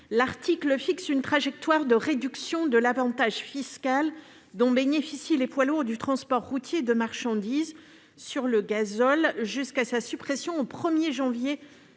L'article 30 fixe une trajectoire de réduction de l'avantage fiscal dont bénéficient les poids lourds du transport routier de marchandises sur le gazole jusqu'à sa suppression au 1 janvier 2030.